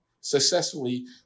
successfully